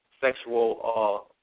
sexual